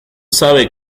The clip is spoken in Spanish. sabe